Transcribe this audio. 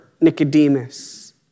Nicodemus